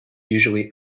usually